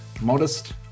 Modest